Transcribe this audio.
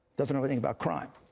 doesn't know anything about crime.